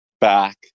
back